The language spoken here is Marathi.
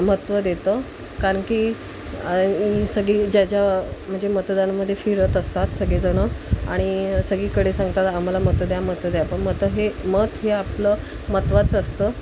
महत्त्व देतं कारणकी ही सगळी ज्या ज्या म्हणजे मतदानामध्ये फिरत असतात सगळेजण आणि सगळीकडे सांगतात आम्हाला मतं द्या मतं द्या पण मतं हे मत हे आपलं महत्त्वाच असतं